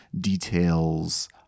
details